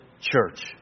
church